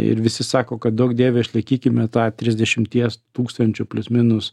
ir visi sako kad duok dieve išlaikykime tą trisdešimties tūkstančių plius minus